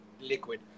liquid